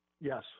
Yes